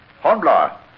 hornblower